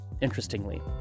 interestingly